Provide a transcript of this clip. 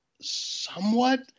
somewhat